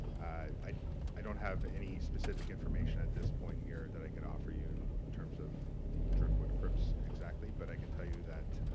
i i don't have any specific information at this point here that i could offer you in terms of the driftwood crips exactly. but, i can tell you that